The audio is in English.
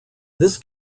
this